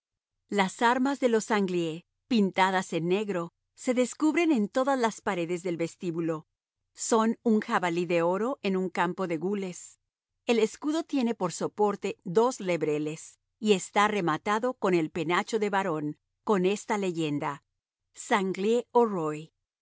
las armas de los sanglié pintadas en negro se descubren en todas las paredes del vestíbulo son un jabalí de oro en un campo de gules el escudo tiene por soporte dos lebreles y está rematado con el penacho de barón con esta leyenda sang lié au roy